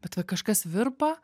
bet va kažkas virpa